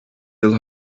yıl